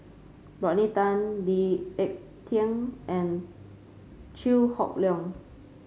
Rodney Tan Lee Ek Tieng and Chew Hock Leong